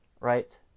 right